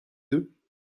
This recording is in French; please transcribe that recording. deux